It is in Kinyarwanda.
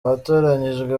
abatoranyijwe